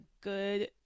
good